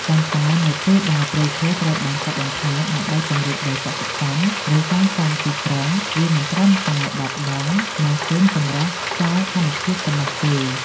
ប៉ុន្តែនៅពេលដែលព្រៃឈើត្រូវបានកាប់បំផ្លាញដើម្បីពង្រីកដីកសិកម្ម ឬសាងសង់ទីក្រុង វាមិនត្រឹមតែបាត់បង់ម៉ាស៊ីនចម្រោះខ្យល់ធម្មជាតិប៉ុណ្ណោះទេ។